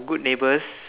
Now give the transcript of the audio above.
good neighbours